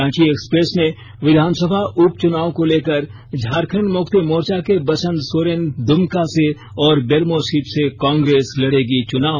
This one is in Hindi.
रांची एक्सप्रेस ने विधानसभा उपचुनाव को लेकर झारखंड मुक्ति मोर्चा के बसन्त सोरेन दुमका से बेरमो सीट से कांग्रेस लड़ेगी चुनाव